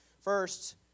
first